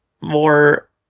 more